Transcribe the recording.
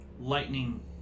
lightning